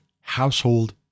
household